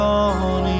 on